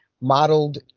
modeled